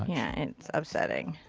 yeah. it's upsetting.